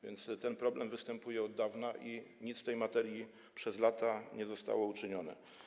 więc ten problem występuje od dawna i nic w tej materii przez lata nie uczyniono.